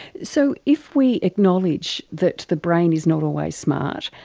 so if we acknowledge that the brain is not always smart,